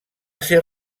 ser